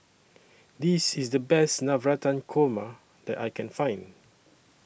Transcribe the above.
This IS The Best Navratan Korma that I Can Find